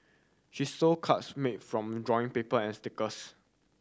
she sold cards made from drawing paper and stickers